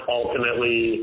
ultimately